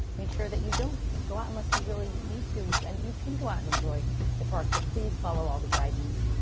make sure that you don't go out unless you really need to, to, and you can go out and enjoy the parks, but please follow all the guidance.